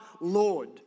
Lord